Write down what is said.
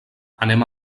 anem